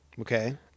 Okay